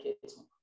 kids